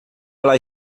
ela